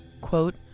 quote